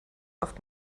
oft